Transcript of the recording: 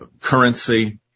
currency